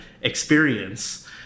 experience